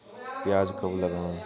प्याज कब लगाएँ?